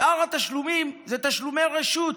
שאר התשלומים הם תשלומי רשות.